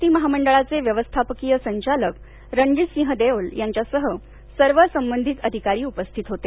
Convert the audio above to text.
T महामंडळाचे व्यवस्थापकीय संचालक रणजितसिंह देओल यांच्यासह सर्व संबंधित अधिकारी उपस्थित होते